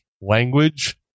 language